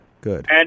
good